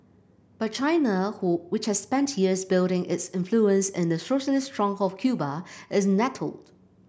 but China who which has spent years building its influence in the socialist stronghold of Cuba is nettled